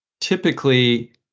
Typically